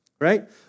Right